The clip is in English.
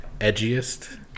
edgiest